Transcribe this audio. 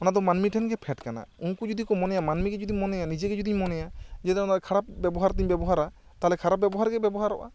ᱚᱱᱟ ᱫᱚ ᱢᱟᱹᱱᱢᱤ ᱴᱷᱮᱱ ᱜᱮ ᱯᱷᱮᱰ ᱠᱟᱱᱟ ᱩᱱᱠᱩ ᱡᱩᱫᱤ ᱠᱚ ᱢᱚᱱᱮᱭᱟ ᱢᱟᱹᱱᱢᱤ ᱜᱮ ᱡᱩᱫᱤ ᱠᱚ ᱢᱚᱱᱮᱭᱟ ᱱᱤᱡᱮ ᱜᱮ ᱡᱩᱫᱤᱧ ᱢᱚᱱᱮᱭᱟ ᱡᱮ ᱠᱷᱟᱨᱟᱵ ᱵᱮᱵᱚᱦᱟᱨ ᱛᱮᱧ ᱵᱮᱵᱚᱦᱟᱨᱟ ᱛᱟᱦᱚᱞᱮ ᱠᱷᱟᱨᱟᱵ ᱵᱮᱵᱚᱦᱟᱨ ᱜᱮ ᱵᱮᱵᱚᱦᱟᱨᱚᱜᱼᱟ